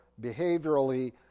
behaviorally